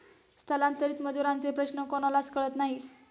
स्थलांतरित मजुरांचे प्रश्न कोणालाच कळत नाही